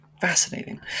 Fascinating